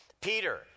Peter